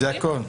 זה הכול?